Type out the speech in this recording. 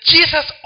Jesus